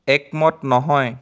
একমত নহয়